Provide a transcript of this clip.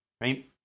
right